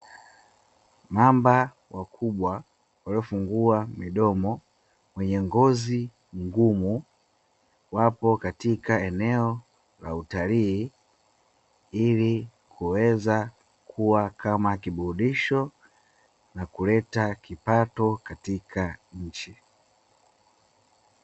Mamba wakubwa, waliofungua midomo wenye ngozi ngumu, wapo katika eneo la utalii ili kuweza kuwa kama kiburudisho na kuleta kipato katika nchi.